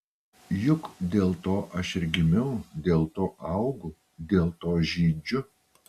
juk dėl to aš ir gimiau dėl to augu dėl to žydžiu